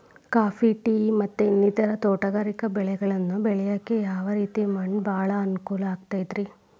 Coffee, tea, ಮತ್ತ ಇನ್ನಿತರ ತೋಟಗಾರಿಕಾ ಬೆಳೆಗಳನ್ನ ಬೆಳೆಯಾಕ ಯಾವ ರೇತಿ ಮಣ್ಣ ಭಾಳ ಅನುಕೂಲ ಆಕ್ತದ್ರಿ?